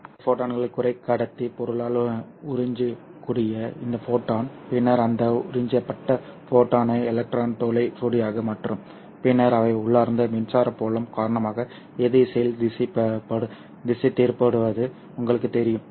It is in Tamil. எனவே ஃபோட்டானை குறைக்கடத்தி பொருளால் உறிஞ்சக்கூடிய இந்த ஃபோட்டான் பின்னர் அந்த உறிஞ்சப்பட்ட ஃபோட்டானை எலக்ட்ரான் துளை ஜோடியாக மாற்றும் பின்னர் அவை உள்ளார்ந்த மின்சார புலம் காரணமாக எதிர் திசைகளில் திசைதிருப்பப்படுவது உங்களுக்குத் தெரியும்